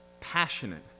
passionate